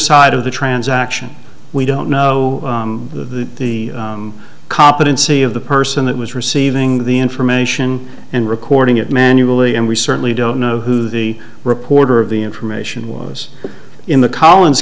side of the transaction we don't know the the competency of the person that was receiving the information and recording it manually and we certainly don't know who the reporter of the information was in the col